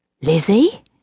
Lizzie